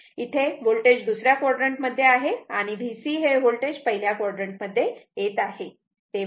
तेव्हा इथे हे होल्टेज दुसऱ्या क्वाड्रंट मध्ये आहे आणि VC हे होल्टेज पहिल्या क्वाड्रंट मध्ये येत आहे